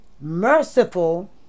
merciful